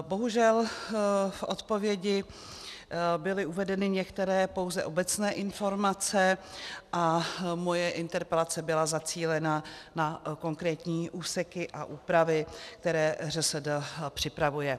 Bohužel v odpovědi byly uvedeny některé pouze obecné informace a moje interpelace byla zacílena na konkrétní úseky a úpravy, které ŘSD připravuje.